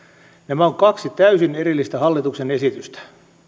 nämä ovat kaksi täysin erillistä hallituksen esitystä